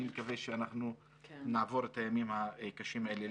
אני מקווה שאנחנו נעבור את הימים הקשים האלה.